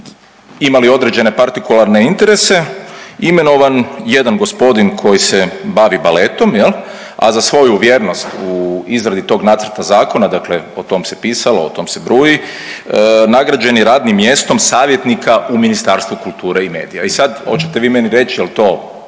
imali određene partikularne interese imenovan jedan gospodin koji se bavi baletom jel, a za svoju vjernost u izradi tog nacrta zakona, dakle o tom se pisalo, o tom se bruji nagrađen je radnim mjestom savjetnika u Ministarstvu kulture i medija. I sad hoćete mi meni reći jel to